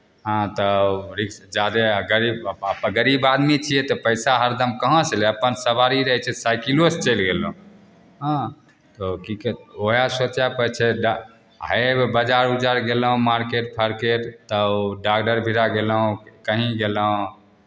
हँ तऽ रिक्श जादे गरीब गरीब आदमी छियै तऽ पैसा हरदम कहाँसँ लायब अपन सवारी रहै छै साइकिलोसँ चलि गेलहुँ हँ तऽ की कहै छै उएह सोचय पड़ै छै डा आ एगो बाजार उजार गेलहुँ मारकेट फारकेट तऽ ओ डागदर भिरा गेलहुँ कहीँ गेलहुँ